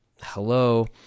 Hello